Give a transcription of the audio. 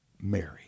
Mary